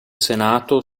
senato